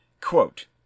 quote